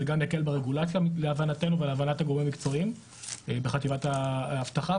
זה גם יקל ברגולציה להבנתנו ולהבנת הגורמים המקצועיים בחטיבת האבטחה.